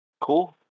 cool